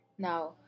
Now